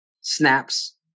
snaps